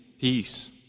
peace